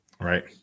Right